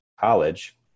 college